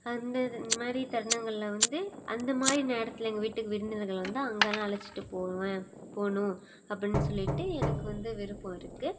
அந்த இதுமாதிரி தருணங்களில் வந்து அந்த மாதிரி நேரத்தில் எங்கள் வீட்டுக்கு விருந்தினர்கள் வந்தால் அங்கெலாம் அழைச்சிட்டு போவேன் போகணும் அப்புடின்னு சொல்லிட்டு எனக்கு வந்து விருப்பம் இருக்குது